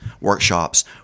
workshops